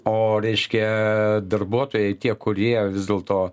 o reiškia darbuotojai tie kurie vis dėlto